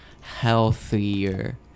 healthier